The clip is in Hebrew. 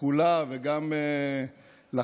כולה וגם לחרדים.